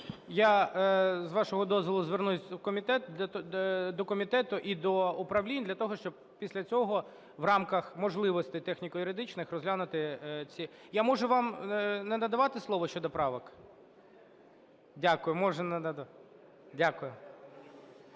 Я, з вашого дозволу, звернусь до комітету і до управлінь для того, щоб після цього в рамках можливостей техніко-юридичних розглянути ці… Я можу вам не надавати слово щодо правок? Дякую. Можу. Дякую.